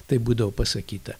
taip būdavo pasakyta